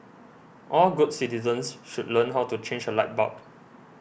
all good citizens should learn how to change a light bulb